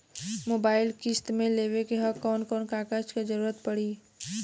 Mobile किस्त मे लेवे के ह कवन कवन कागज क जरुरत पड़ी?